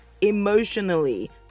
emotionally